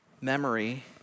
memory